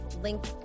link